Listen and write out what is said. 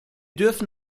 dürfen